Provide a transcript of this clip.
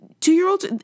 Two-year-olds